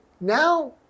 now